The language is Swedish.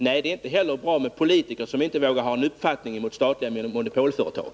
Nej, det är heller inte bra med politiker som inte vågar ha en uppfattning i fråga om statliga monopolföretag.